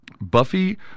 Buffy